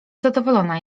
zadowolona